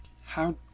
How